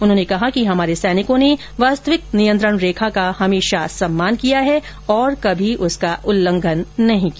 उन्होंने कहा कि हमारे सैनिकों ने वास्तविक नियंत्रण रेखा का हमेशा सम्मान किया है और कभी उसका उल्लंघन नहीं किया